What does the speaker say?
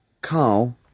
Carl